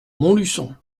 montluçon